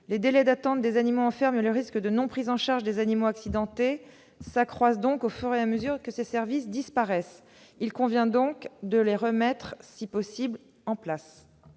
Les délais d'attente des animaux en ferme et le risque de non-prise en charge des animaux accidentés s'accroissent donc au fur et à mesure que ces services disparaissent. Il convient donc de les remettre en place.